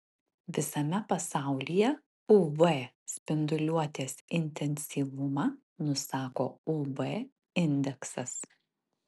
visame pasaulyje uv spinduliuotės intensyvumą nusako uv indeksas